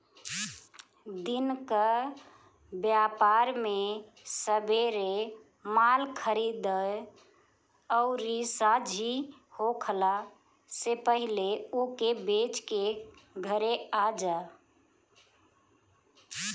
दिन कअ व्यापार में सबेरे माल खरीदअ अउरी सांझी होखला से पहिले ओके बेच के घरे आजा